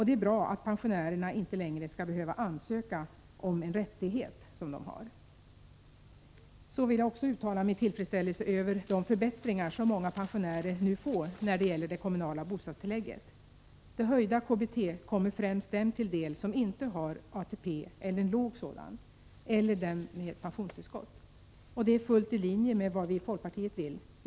Det är bra att pensionärerna inte längre skall behöva ansöka om en rättighet de har. Till sist vill jag också uttala min tillfredsställelse över de förbättringar som många pensionärer nu får när det gäller det kommunala bostadstillägget. Det höjda KBT kommer främst dem till del som inte har ATP eller en låg sådan eller dem med pensionstillskott. Detta är helt i linje med vad vi i folkpartiet vill.